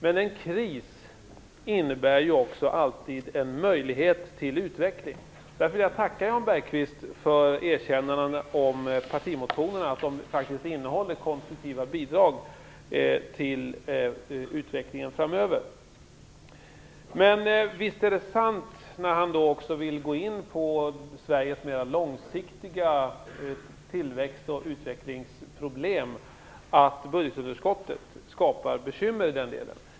Men en kris innebär också alltid en möjlighet till utveckling. Därför vill jag tacka Jan Bergqvist för erkännandet att partimotionerna faktiskt innehåller konstruktiva bidrag till utvecklingen framöver. Men visst är det sant, när han också vill gå in på Sveriges mer långsiktiga tillväxt och utvecklingsproblem, att budgetunderskottet skapar bekymmer i den delen.